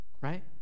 right